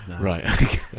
right